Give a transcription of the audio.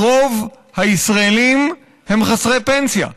כי רוב הישראלים הם חסרי פנסיה.